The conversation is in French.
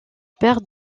père